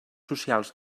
socials